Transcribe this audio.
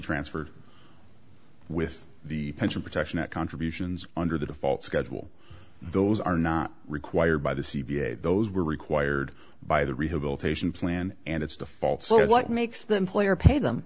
transferred with the pension protection act contributions under the default schedule those are not required by the c p a those were required by the rehabilitation plan and it's default so what makes them play or pay them